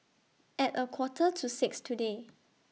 At A Quarter to six today